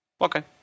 okay